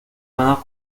mejor